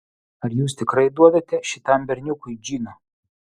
ar jūs tikrai duodate šitam berniukui džino